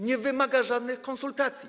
Nie wymaga żadnych konsultacji.